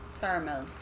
Caramel